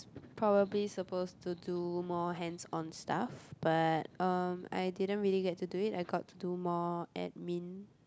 probably supposed to do more hands on stuff but um I didn't really get to do it I got to do more admin